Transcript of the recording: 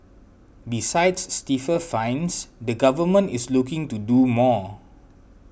besides stiffer fines the Government is looking to do more